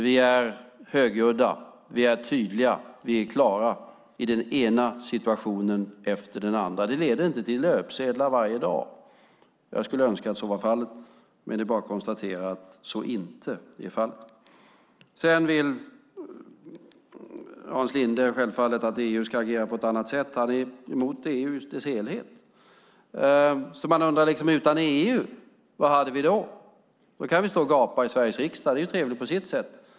Vi är högljudda, vi är tydliga och vi är klara i den ena situationen efter den andra. Det leder inte till löpsedlar varje dag. Jag skulle önska att så var fallet. Men det är bara att konstatera att så inte är fallet. Sedan vill Hans Linde självfallet att EU ska agera på ett annat sätt. Han är emot EU i dess helhet. Vad skulle vi ha utan EU? Då kan vi stå och gapa i Sveriges riksdag. Det är trevligt på sitt sätt.